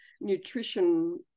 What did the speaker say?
nutrition